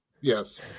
Yes